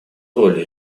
роль